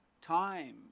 time